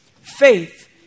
Faith